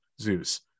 Zeus